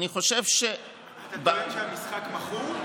אתה טוען שהמשחק מכור?